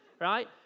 right